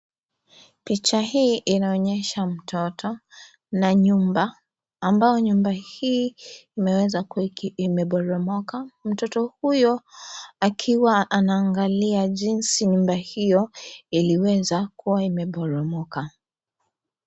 Picha hii inaonyesha mtoto na nyumba ambao nyumba hii imeweza kuwa ikiboromoka. Mtoto akiwa anaangalia jinsi nyumba hio iliweza kuwa imeboromoka.